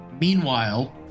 Meanwhile